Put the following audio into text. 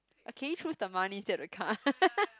uh can you choose the money instead of the car